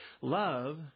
love